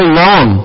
long